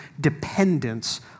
dependence